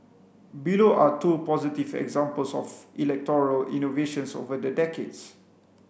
below are two positive examples of electoral innovations over the decades